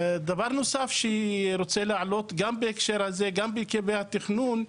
דבר נוסף שאני רוצה להעלות גם בהקשר הזה זה לגבי התכנון,